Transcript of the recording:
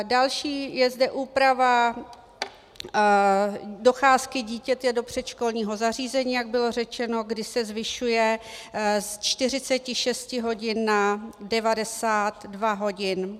Další je zde úprava docházky dítěte do předškolního zařízení, jak bylo řečeno, kdy se zvyšuje z 46 hodin na 92 hodin.